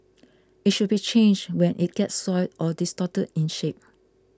it should be changed when it gets soiled or distorted in shape